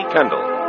Kendall